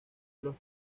los